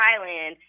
Thailand